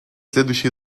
следующее